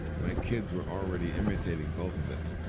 my kids were already imitating both of them.